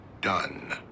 done